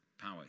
power